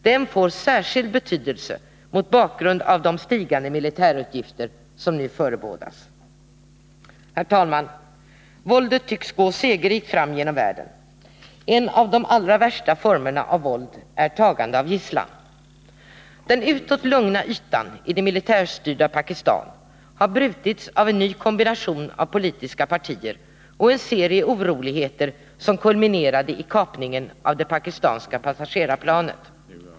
Den får särskild betydelse mot bakgrund av de stigande militärutgifter som nu förebådas. Herr talman! Våldet tycks gå segerrikt fram genom världen. En av de allra värsta formerna av våld är tagande av gisslan. Den utåt lugna ytan i det militärstyrda Pakistan har brutits av en ny kombination av politiska partier och en serie oroligheter som kulminerade i kapningen av det pakistanska passagerarplanet.